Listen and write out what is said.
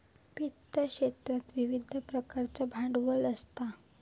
वित्त क्षेत्रात विविध प्रकारचा भांडवल असता